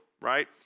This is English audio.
right